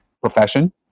profession